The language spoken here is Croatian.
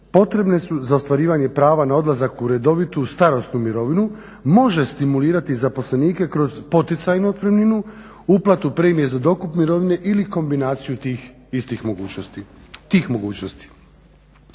potrebne su za ostvarivanje prava na odlazak u redovitu starosnu mirovinu može stimulirati zaposlenike kroz poticajnu otpremninu, uplatu premije za dokup mirovine ili kombinaciju tih istih mogućnosti,